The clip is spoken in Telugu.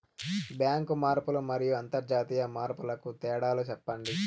బ్యాంకు మార్పులు మరియు అంతర్జాతీయ మార్పుల కు తేడాలు సెప్పండి?